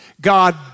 God